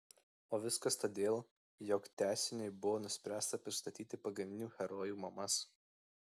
o viskas todėl jog tęsiniui buvo nuspręsta pristatyti pagrindinių herojų mamas